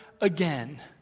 again